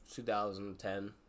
2010